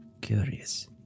Curious